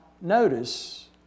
notice